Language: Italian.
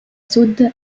sud